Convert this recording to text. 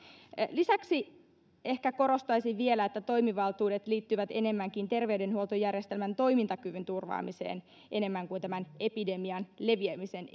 lisäksi ehkä korostaisin vielä että toimivaltuudet liittyvät enemmänkin terveydenhuoltojärjestelmän toimintakyvyn turvaamiseen kuin tämän epidemian leviämisen